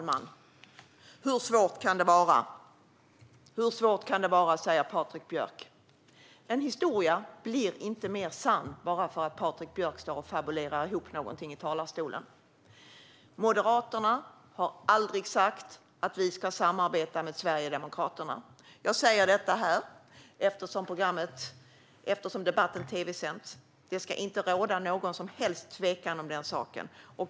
Fru talman! Hur svårt kan det vara, Patrik Björck? En historia blir inte mer sann bara för att Patrik Björck står och fabulerar ihop någonting i talarstolen. Moderaterna har aldrig sagt att man ska samarbeta med Sverigedemokraterna. Jag säger detta nu, eftersom debatten tv-sänds. Det ska inte råda någon som helst tvekan om den saken.